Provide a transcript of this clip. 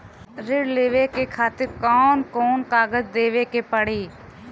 ऋण लेवे के खातिर कौन कोन कागज देवे के पढ़ही?